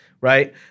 Right